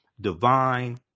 divine